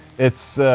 it's.